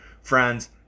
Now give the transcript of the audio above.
friends